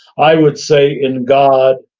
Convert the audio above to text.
i would say in god,